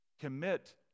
Commit